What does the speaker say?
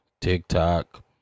TikTok